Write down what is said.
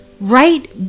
right